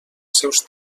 seus